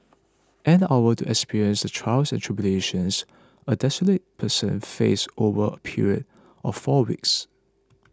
an hour to experience the trials and tribulations a destitute person faces over a period of four weeks